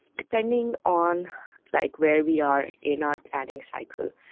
depending on like where we are in our planning cycle,